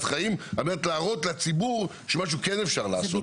חיים ולהראות לציבור שיש משהו שכן אפשר לעשות.